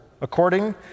according